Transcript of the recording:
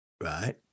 right